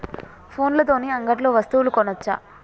ఫోన్ల తోని అంగట్లో వస్తువులు కొనచ్చా?